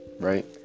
right